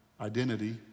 identity